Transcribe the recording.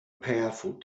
powerful